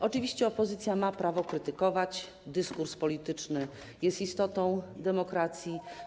Oczywiście opozycja ma prawo krytykować, dyskurs polityczny jest istotą demokracji.